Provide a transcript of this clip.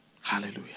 Hallelujah